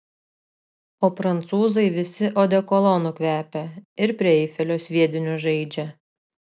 o prancūzai visi odekolonu kvepia ir prie eifelio sviediniu žaidžia